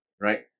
right